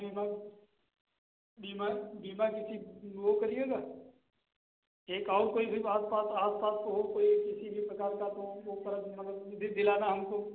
बीमा बीमा बीमा किसी वो करिएगा एक और कोई भी आस पास आस पास हो कोई या किसी भी प्रकार का तो ओ तरह बीमा भी दिलाना हमको